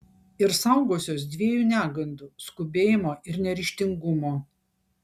ir saugosiuos dviejų negandų skubėjimo ir neryžtingumo